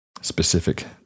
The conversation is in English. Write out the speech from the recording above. specific